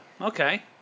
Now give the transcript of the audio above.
okay